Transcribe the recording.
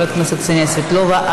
חברת הכנסת קסניה סבטלובה,